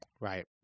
Right